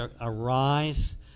arise